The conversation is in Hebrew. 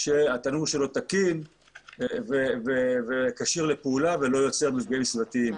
שהתנור שלו תקין וכשיר לפעולה ולא יוצר מפגעים סביבתיים.